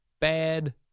bad